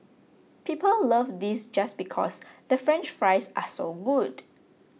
people love this just because the French Fries are so good